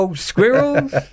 squirrels